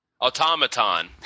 automaton